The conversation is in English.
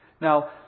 Now